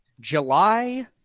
July